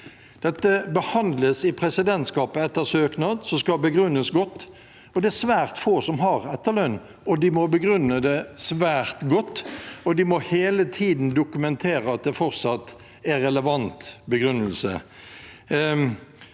Det behandles i presidentskapet etter søknad, som skal begrunnes godt, og det er svært få som har etterlønn. De må begrunne det svært godt, og de må hele tiden dokumentere at begrunnelsen fortsatt er relevant. Mange